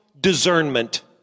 Discernment